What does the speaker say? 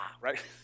Right